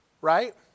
Right